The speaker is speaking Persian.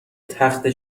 تخته